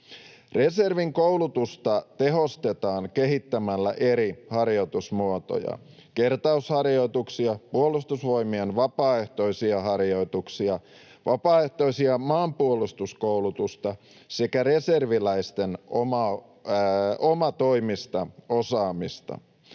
Reservin koulutusta tehostetaan kehittämällä eri harjoitusmuotoja: kertausharjoituksia, Puolustusvoimien vapaaehtoisia harjoituksia, vapaaehtoista maanpuolustuskoulutusta sekä reserviläisten omatoimista osaamista.